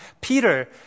Peter